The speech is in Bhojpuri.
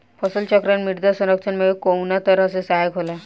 फसल चक्रण मृदा संरक्षण में कउना तरह से सहायक होला?